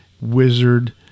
wizard